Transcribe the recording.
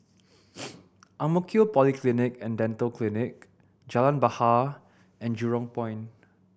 Ang Mo Kio Polyclinic and Dental Clinic Jalan Bahar and Jurong Point